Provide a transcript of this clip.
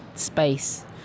space